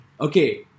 Okay